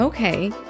Okay